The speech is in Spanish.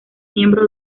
miembros